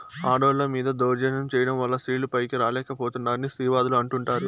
ఆడోళ్ళ మీద దౌర్జన్యం చేయడం వల్ల స్త్రీలు పైకి రాలేక పోతున్నారని స్త్రీవాదులు అంటుంటారు